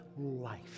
life